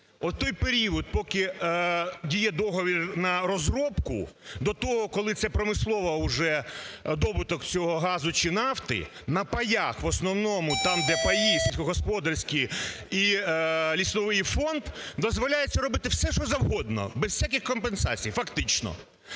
Отой період, поки діє договір на розробку до того, коли це промислово уже добуток цього газу чи нафти на паях в основному там, де паї сільськогосподарські і лісовий фонд, дозволяється робити все, що завгодно без всяких компенсацій фактично.